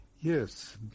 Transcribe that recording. Yes